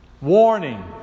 warning